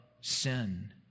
sin